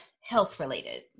health-related